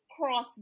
cross